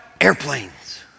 airplanes